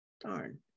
Darn